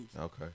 Okay